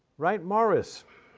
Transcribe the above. wright morris,